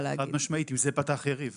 חד-משמעית, ועם זה פתח יריב.